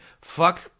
fuck